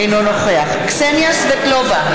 אינו נוכח קסניה סבטלובה,